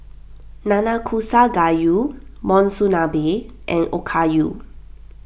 Nanakusa Gayu Monsunabe and Okayu